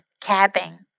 Cabin